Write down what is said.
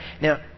Now